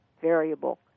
variable